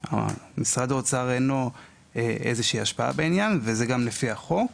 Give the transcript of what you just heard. למשרד האוצר אין השפעה בעניין וזה גם לפי החוק.